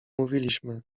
mówiliśmy